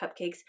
cupcakes